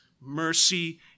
mercy